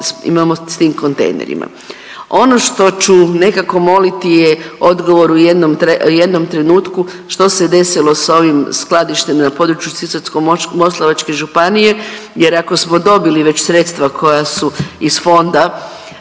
imamo s tim kontejnerima. Ono što ću nekako moliti je odgovor u jednom trenutku što se desilo sa ovim skladištem na području Sisačko-moslavačke županije, jer ako smo dobili već sredstva koja su iz fonda